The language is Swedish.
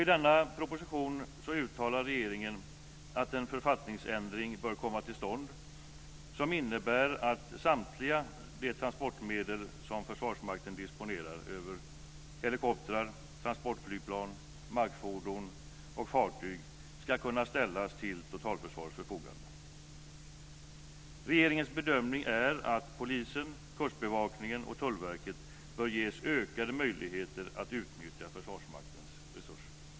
I denna proposition uttalar regeringen att en författningsändring bör komma till stånd som innebär att samtliga de transportmedel som Försvarsmakten disponerar över - helikoptrar, transportflygplan, markfordon och fartyg - ska kunna ställas till totalförsvarets förfogande. Regeringens bedömning är att Polisen, Kustbevakningen och Tullverket bör ges ökade möjligheter att utnyttja Försvarsmaktens resurser.